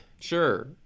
Sure